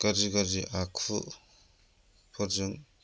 गाज्रि गाज्रि आखुफोरजों